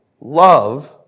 love